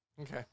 okay